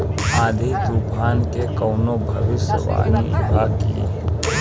आँधी तूफान के कवनों भविष्य वानी बा की?